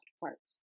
parts